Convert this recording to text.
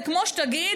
זה כמו שתגיד,